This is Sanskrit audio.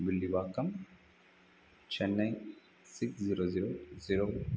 मिल्लिवाकं Chennai six zero zero zero